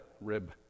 Rib